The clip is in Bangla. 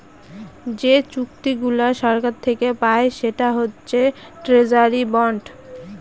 যে চুক্তিগুলা সরকার থাকে পায় সেটা হচ্ছে ট্রেজারি বন্ড